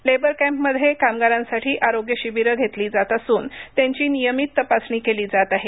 labour camp मध्ये कामगारांसाठी आरोग्य शिबिरे घेतली जात असून त्यांची नियमित तपासणी केली जातआहे